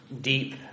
deep